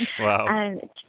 Wow